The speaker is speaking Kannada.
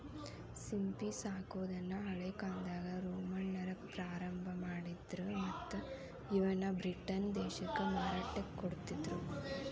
ಸಿಂಪಿ ಸಾಕೋದನ್ನ ಹಳೇಕಾಲ್ದಾಗ ರೋಮನ್ನರ ಪ್ರಾರಂಭ ಮಾಡಿದ್ರ ಮತ್ತ್ ಇವನ್ನ ಬ್ರಿಟನ್ ದೇಶಕ್ಕ ಮಾರಾಟಕ್ಕ ಕೊಡ್ತಿದ್ರು